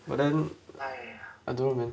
but then I don't know man